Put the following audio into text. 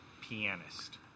pianist